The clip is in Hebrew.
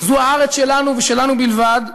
זו הארץ שלנו, ושלנו בלבד.